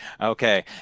okay